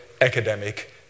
academic